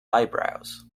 eyebrows